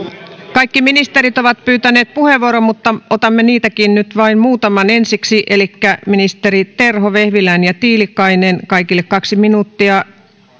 kaikki ministerit ovat pyytäneet puheenvuoron mutta otamme niitäkin nyt vain muutaman ensiksi elikkä ministerit terho vehviläinen ja tiilikainen kaikille kaksi minuuttia